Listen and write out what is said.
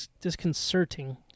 Disconcerting